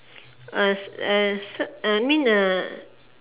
uh uh uh mean uh